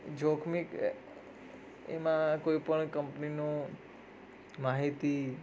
જોખમી એમ કોઈ પણ કંપનીનું માહિતી